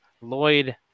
Lloyd